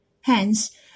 Hence